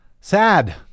Sad